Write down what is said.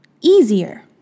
easier